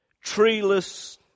treeless